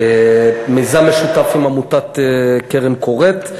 מיזם משותף עם עמותת קרן קורת,